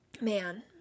Man